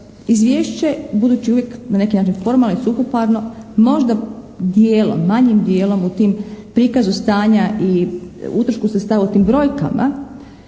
izvješće budući uvijek na neki način formalno i suhoparno, možda dijelom, manjim dijelom u tim prikazu stanja i utrošku sredstava u tim brojkama